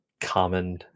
common